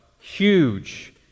huge